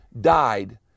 died